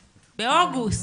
באוגוסט.